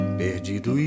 perdido